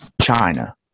China